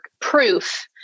proof